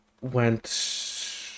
went